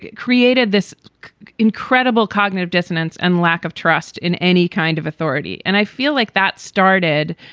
created this incredible cognitive dissonance and lack of trust in any kind of authority. and i feel like that started.